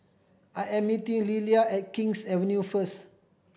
I am meeting Lelia at King's Avenue first